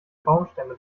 baumstämme